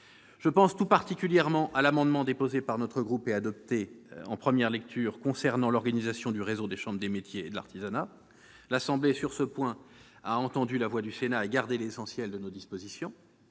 Je pense tout particulièrement à l'amendement, déposé par notre groupe et adopté en première lecture, portant sur l'organisation du réseau des chambres de métiers et de l'artisanat. L'Assemblée nationale, sur ce point, a entendu la voix du Sénat et gardé l'essentiel de nos dispositions.